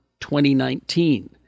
2019